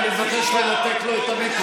תודה.